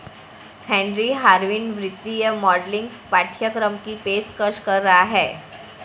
Henry Harvin वित्तीय modelling पाठ्यक्रम की पेशकश कर रहा हैं